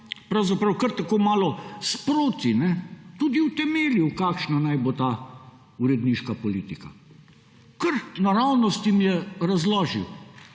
pravzaprav kar tako malo sproti tudi utemeljil, kakšna naj bo ta uredniška politika. Kar naravnost jim je razložil.